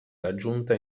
raggiunta